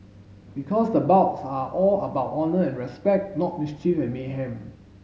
because the bouts are all about honour and respect not mischief and mayhem